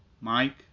Mike